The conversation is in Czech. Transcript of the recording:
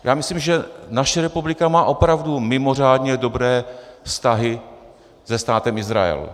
Já myslím, že naše republika má opravdu mimořádně dobré vztahy se Státem Izrael.